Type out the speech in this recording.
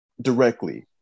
directly